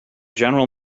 general